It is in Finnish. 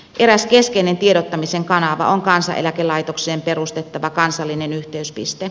eräs keskeinen tiedottamisen kanava on kansaneläkelaitokseen perustettava kansallinen yhteyspiste